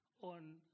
on